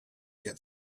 get